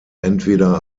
entweder